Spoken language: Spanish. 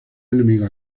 enemigo